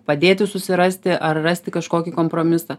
padėti susirasti ar rasti kažkokį kompromisą